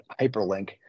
hyperlink